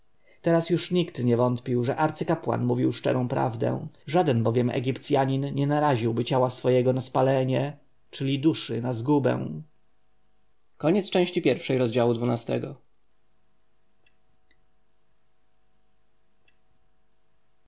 teraz już nikt nie wątpił że arcykapłan mówi szczerą prawdę żaden bowiem egipcjanin nie naraziłby ciała swego na spalenie czyli duszy na